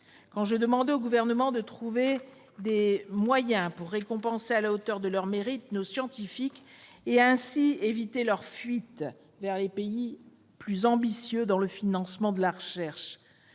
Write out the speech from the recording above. tribune de la Haute Assemblée de trouver des moyens pour récompenser à la hauteur de leurs mérites nos scientifiques et éviter ainsi leur fuite vers des pays plus ambitieux dans le financement de la recherche.